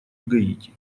гаити